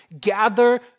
gather